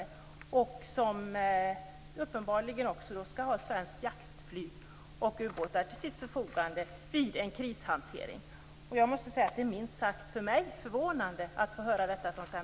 Den skall uppenbarligen också ha svenskt jaktflyg och svenska ubåtar till sitt förfogande vid en krishantering. För mig är det minst sagt förvånande att få höra detta från